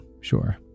sure